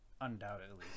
undoubtedly